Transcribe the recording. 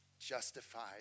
justified